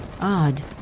Odd